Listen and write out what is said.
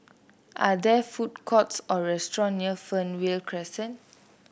are there food courts or restaurant near Fernvale Crescent